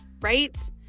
right